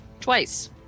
twice